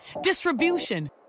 distribution